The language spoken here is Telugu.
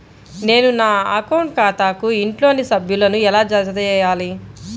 నేను నా అకౌంట్ ఖాతాకు ఇంట్లోని సభ్యులను ఎలా జతచేయాలి?